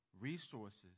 Resources